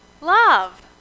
Love